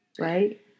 right